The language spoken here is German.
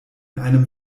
einem